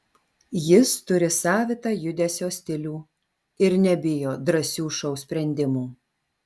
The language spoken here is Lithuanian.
jis turi savitą judesio stilių ir nebijo drąsių šou sprendimų